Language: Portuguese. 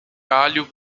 alho